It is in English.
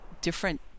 different